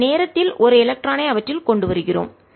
ஒரு நேரத்தில் ஒரு எலக்ட்ரானை அவற்றில் கொண்டு வருகிறோம்